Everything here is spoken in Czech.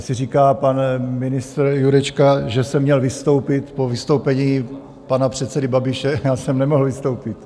A jestli říká pan ministr Jurečka, že jsem měl vystoupit po vystoupení pana předsedy Babiše, já jsem nemohl vystoupit.